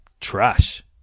trash